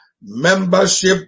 membership